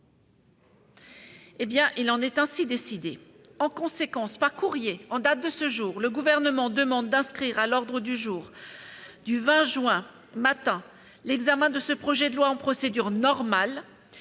?... Il en est ainsi décidé. En conséquence, par courrier en date de ce jour, le Gouvernement demande d'inscrire à l'ordre du jour du 20 juin, au matin, l'examen de ce projet de loi en procédure normale,